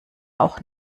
auch